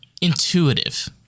intuitive